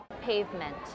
pavement